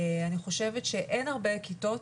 אני חושבת שאין הרבה כיתות,